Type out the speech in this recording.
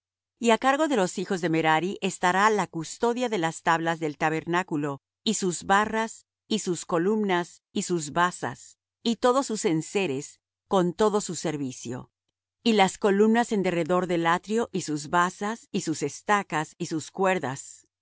y á cargo de los hijos de merari estará la custodia de las tablas del tabernáculo y sus barras y sus columnas y sus basas y todos sus enseres con todo su servicio y las columnas en derredor del atrio y sus basas y sus estacas y sus cuerdas